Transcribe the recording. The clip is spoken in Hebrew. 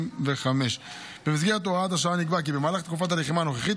2025. במסגרת הוראת השעה נקבע כי במהלך תקופת הלחימה הנוכחית,